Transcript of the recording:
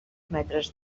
metres